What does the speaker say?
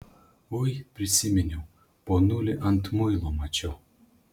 ui prisiminiau ponulį ant muilo mačiau